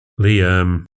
Liam